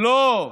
לא.